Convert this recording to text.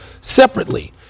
separately